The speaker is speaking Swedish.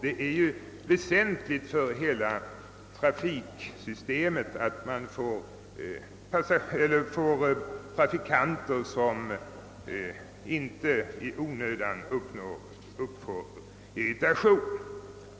Det är väsentligt för hela trafiksystemet att trafikanterna inte irriteras i onödan.